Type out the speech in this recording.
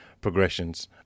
progressions